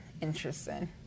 interesting